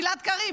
גלעד קריב,